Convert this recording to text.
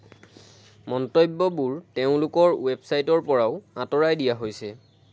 মন্তব্যবোৰ তেওঁলোকৰ ৱেবছাইটৰ পৰাও আঁতৰাই দিয়া হৈছে